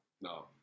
No